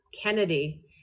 Kennedy